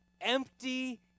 empty